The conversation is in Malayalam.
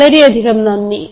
വളരെയധികം നന്ദി